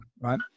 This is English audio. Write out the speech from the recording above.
right